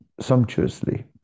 sumptuously